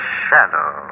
shadow